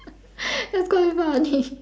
that's quite funny